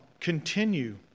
continue